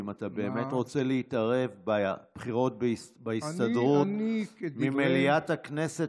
אתה באמת רוצה להתערב בבחירות להסתדרות ממליאת הכנסת,